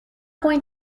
going